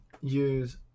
use